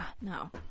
No